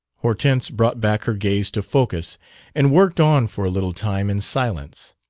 hortense brought back her gaze to focus and worked on for a little time in silence.